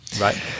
Right